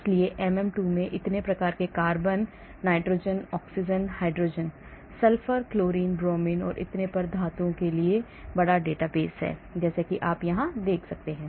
इसलिए एमएम 2 में इतने प्रकार के carbon nitrogen oxygen hydrogen sulphur chlorine bromine और इतने पर धातुओं के लिए भी बड़ा डेटाबेस है जैसा कि आप यहां देख सकते हैं